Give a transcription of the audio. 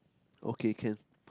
okay can